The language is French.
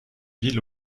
ville